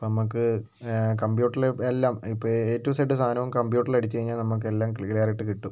ഇപ്പം നമ്മൾക്ക് കമ്പ്യൂട്ടറിൽ എല്ലാം ഇപ്പം എ റ്റു സെഡ് സാധനവും കമ്പ്യൂട്ടറിൽ അടിച്ചു കഴിഞ്ഞാൽ നമ്മൾക്ക് എല്ലാം ക്ലിയറായിട്ട് കിട്ടും